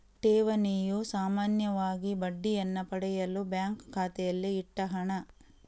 ಠೇವಣಿಯು ಸಾಮಾನ್ಯವಾಗಿ ಬಡ್ಡಿಯನ್ನ ಪಡೆಯಲು ಬ್ಯಾಂಕು ಖಾತೆಯಲ್ಲಿ ಇಟ್ಟ ಹಣ